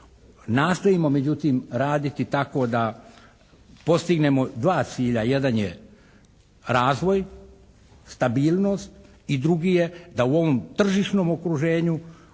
Nastojimo međutim raditi tako da postignemo dva cilja. Jedan je razvoj, stabilnost i drugi je da u ovom tržišnom okruženju